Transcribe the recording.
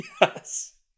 Yes